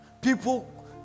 People